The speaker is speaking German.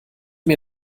mir